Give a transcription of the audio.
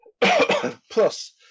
plus